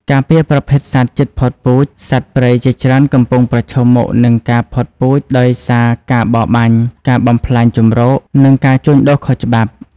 ការពារប្រភេទសត្វជិតផុតពូជ សត្វព្រៃជាច្រើនកំពុងប្រឈមមុខនឹងការផុតពូជដោយសារការបរបាញ់ ការបំផ្លាញជម្រក និងការជួញដូរខុសច្បាប់។